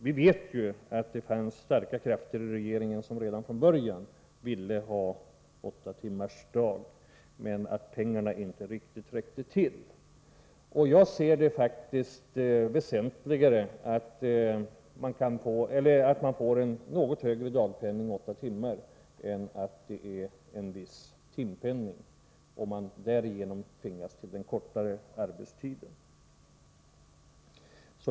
Vi vet ju att det fanns starka krafter i regeringen som redan från början ville ha åttatimmarsdag men att pengarna inte riktigt räckte till. Jag ser det faktiskt väsentligare att ungdomarna får en högre dagpenning och åtta timmar än att det betalas en viss timpenning och de därigenom tvingas till en kortare arbetstid.